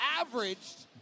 Averaged